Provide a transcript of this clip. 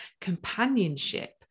companionship